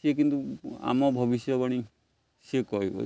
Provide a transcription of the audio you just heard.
ସିଏ କିନ୍ତୁ ଆମ ଭବିଷ୍ୟବାଣୀ ସିଏ କହିବ ଯେ